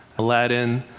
aladdin,